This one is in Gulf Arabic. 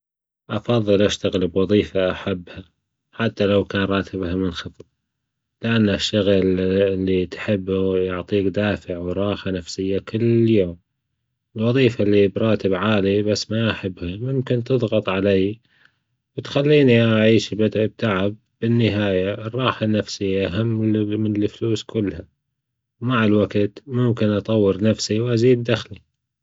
أفضل أشتغل بوظيفة أحبها حتى لوكان راتبها منخفض، لأنه إشتغل اللي تحبه يعطيك دافع وراحة نفسية كل يوم، الوظيفة اللي براتب عالي بس ما أحبها ممكن تضغط علي وتخليني أعيش بدا التعب، بالنهاية الراحة النفسية أهم من الفلوس كلها ومع الوجت ممكن أطور نفسي وأزيد دخلي.